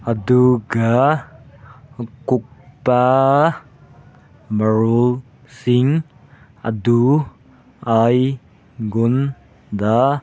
ꯑꯗꯨꯒ ꯑꯀꯨꯞꯄ ꯃꯔꯣꯜꯁꯤꯡ ꯑꯗꯨ ꯑꯩꯉꯣꯟꯗ